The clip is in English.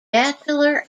bachelor